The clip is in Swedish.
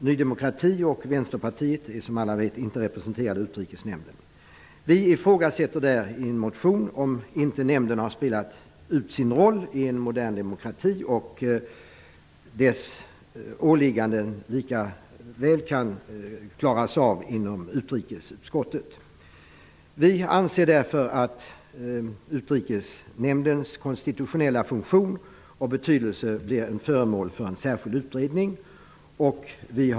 Ny demokrati och Vänsterpartiet är som alla vet inte representerade i Vi ifrågasätter i en motion om inte nämnden har spelat ut sin roll i en modern demokrati och anser att dess åligganden lika väl kan klaras av inom utrikesutskottet. Vi tycker därför att Utrikesnämndens konstitutionella funktion och betydelse bör bli föremål för en särskild utredning.